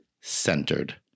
centered